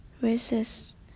versus